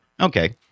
Okay